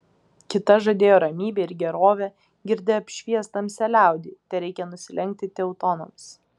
kita žadėjo ramybę ir gerovę girdi apšvies tamsią liaudį tereikia nusilenkti teutonams